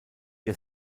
die